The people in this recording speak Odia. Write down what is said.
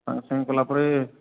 ସାଙ୍ଗେ ସାଙ୍ଗେ କଲାପରେ